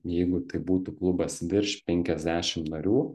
jeigu tai būtų klubas virš penkiasdešim narių